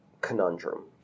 conundrum